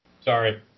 Sorry